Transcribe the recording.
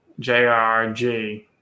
JRG